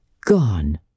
gone